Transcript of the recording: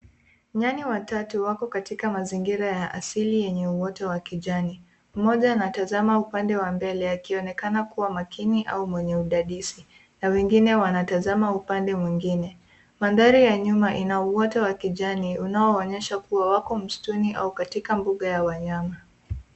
Nyani watatu wako katika mazingira ya asili yenye uoto wa kijani. Mmoja anatazama upande wa mbele akionekana kuwa makini au mwenye udadisi na wengine wanatazama upande mwingine. Mandhari ya nyuma ina uoto wa kijani unaonyesha kuwa wako msituni au katika mbuga ya wanyama.